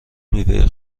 میوه